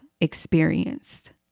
experienced